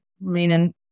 meaning